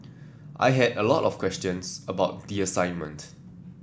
I had a lot of questions about the assignment